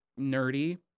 nerdy